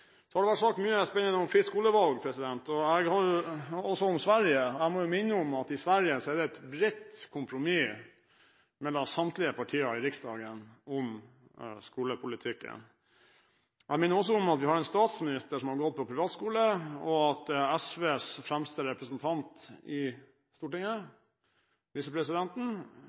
Så har det vært sagt mye spennende om fritt skolevalg, også i Sverige. Jeg må minne om at i Sverige er det et bredt kompromiss mellom samtlige partier i Riksdagen om skolepolitikken. Jeg minner også om at vi har en statsminister som har gått på privatskole, og at SVs fremste representant i Stortinget, visepresidenten,